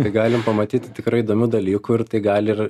tai galim pamatyti tikrai įdomių dalykų ir tai gali ir